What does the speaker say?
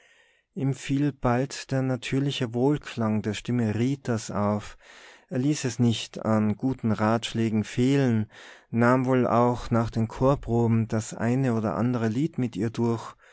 ihm fiel bald der natürliche wohlklang der stimme ritas auf er ließ es nicht an guten ratschlägen fehlen nahm wohl auch nach den chorproben das eine oder andere lied mit ihr durch